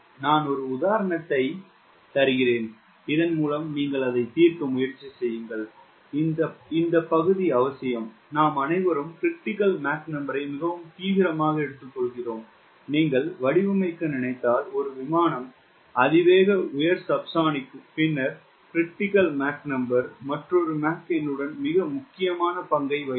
நான் ஒரு உதாரணத்தை செய்வேன் இதன் மூலம் நீங்கள் அதை தீர்க்க முயற்சி செய்யுங்கள் இந்த பகுதி அவசியம் நாம் அனைவரும் Mcritical மிகவும் தீவிரமாக எடுத்துக்கொள்கிறோம் நீங்கள் வடிவமைக்க நினைத்தால் ஒரு விமானம் அதிவேகம் உயர் சப்ஸோனிக் பின்னர் Mcritical மற்றொரு மாக் எண்ணுடன் மிக முக்கியமான பங்கை வகிக்கும்